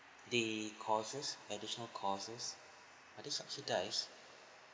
the costs additional costs are they subsidise